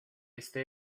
este